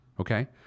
okay